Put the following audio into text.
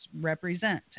represent